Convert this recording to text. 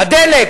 בדלק.